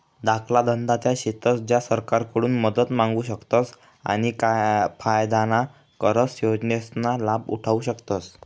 धाकला धंदा त्या शेतस ज्या सरकारकडून मदत मांगू शकतस आणि फायदाना कर योजनासना लाभ उठावु शकतस